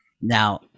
now